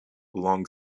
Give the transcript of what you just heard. long